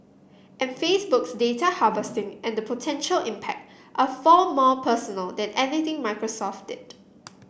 and Facebook's data harvesting and potential impact are far more personal than anything Microsoft did